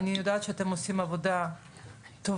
אני יודעת שאתם עושים עבודה טובה,